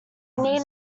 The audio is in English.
need